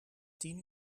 tien